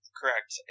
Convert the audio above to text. correct